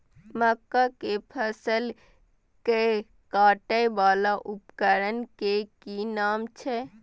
मक्का के फसल कै काटय वाला उपकरण के कि नाम छै?